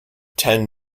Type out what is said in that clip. ten